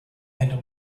depend